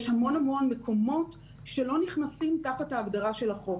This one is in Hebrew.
יש המון מקומות שלא נכנסים תחת ההגדרה של החוק.